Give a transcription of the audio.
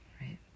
right